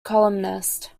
columnist